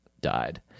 died